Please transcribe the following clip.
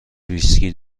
ویسکی